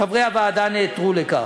חברי הוועדה נעתרו לכך.